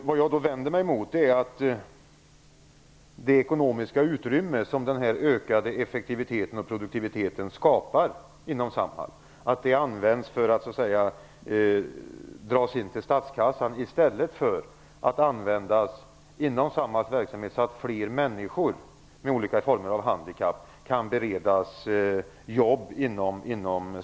Vad jag vänder mig mot är att det ekonomiska utrymmet som den ökade effektiviteten och produktiviteten skapar inom Samhall används för att bidra till statskassan i stället för att användas för Samhalls verksamhet, så att fler människor med olika former av handikapp kan beredas jobb inom Samhall.